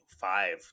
five